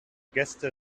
gäste